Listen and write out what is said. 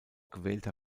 gewählter